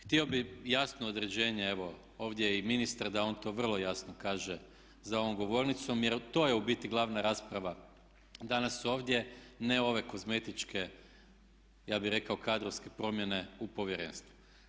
Htio bih jasno određenje evo ovdje i ministra da on to vrlo jasno kaže za ovom govornicom jer to je u biti glavna rasprava danas ovdje, ne ove kozmetičke ja bih rekao kadrovske promjene u povjerenstvu.